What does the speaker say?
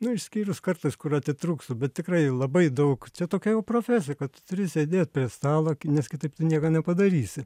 nu išskyrus kartais kur atitrūkstu bet tikrai labai daug čia tokia jau profesija kad tu turi sėdėt prie stalo nes kitaip tu nieko nepadarysi